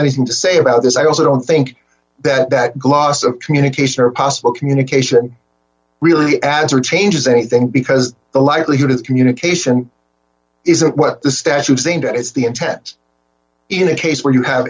anything to say about this i also don't think that that gloss of communication or possible communication really adds or changes anything because the likelihood is communication isn't what the statutes aimed at it's the intent in a case where you have